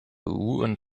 und